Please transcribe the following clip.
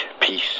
Peace